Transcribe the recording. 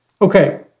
Okay